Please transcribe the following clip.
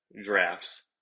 drafts